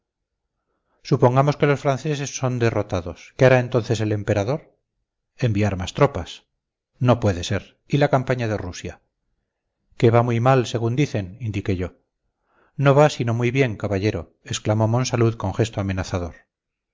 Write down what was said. supongamos que los franceses son derrotados qué hará entonces el emperador enviar más tropas no puede ser y la campaña de rusia que va muy mal según dicen indiqué yo no va sino muy bien caballero exclamó monsalud con gesto amenazador